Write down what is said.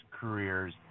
careers